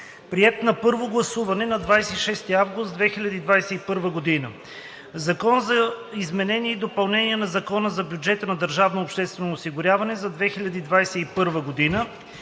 приет на първо гласуване на 26 август 2021 г. „Закон за изменение и допълнение на Закона за бюджета на държавното обществено осигуряване за 2021 г.